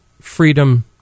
freedom